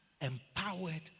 empowered